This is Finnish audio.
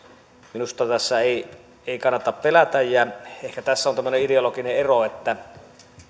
minusta tässä ei ei kannata pelätä ja ehkä tässä on tämmöinen ideologinen ero että